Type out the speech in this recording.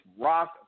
Rock